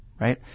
right